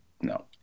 No